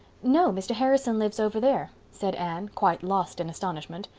no, mr. harrison lives over there, said anne, quite lost in astonishment.